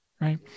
right